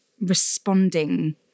responding